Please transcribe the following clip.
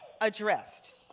addressed